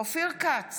אופיר כץ,